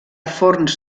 forns